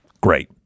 Great